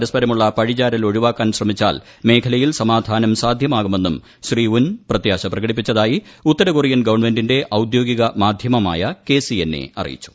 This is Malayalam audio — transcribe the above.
പരസ്പരമുള്ള പഴിചാർൽ ഒഴിവാക്കാൻ ശ്രമിച്ചാൽ മേഖലയിൽ സമാധാനം സാധ്യമാകുമെന്നും ശ്രീ ഉൻ പ്രത്യാശ പ്രകടിപ്പിച്ചതായി ഉത്തര കൊറിയൻ ഗവൺമെന്റിന്റെ ഔദ്യോഗിക മാധ്യമമായ കെ സി എൻ എ അറിയിച്ചു